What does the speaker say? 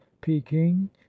peking